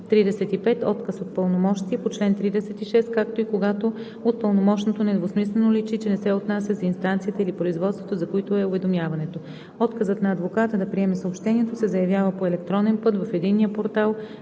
35, отказ от пълномощие по чл. 36, както и когато от пълномощното недвусмислено личи, че не се отнася за инстанцията или производството, за които е уведомяването. Отказът на адвоката да приеме съобщението се заявява по електронен път в единния портал